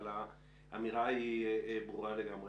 אבל האמירה שלך ברורה לגמרי.